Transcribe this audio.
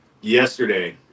yesterday